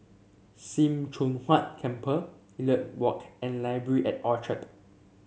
Sim Choon Huat Temple Elliot Walk and Library at Orchard